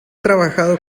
trabajado